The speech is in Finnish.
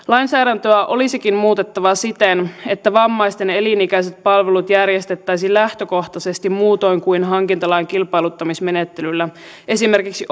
lainsäädäntöä olisikin muutettava siten että vammaisten elinikäiset palvelut järjestettäisiin lähtökohtaisesti muutoin kuin hankintalain kilpailuttamismenettelyllä esimerkiksi